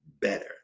better